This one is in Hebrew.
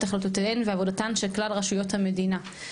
החלטותיהן ואת עבודתן של כלל רשויות המדינה,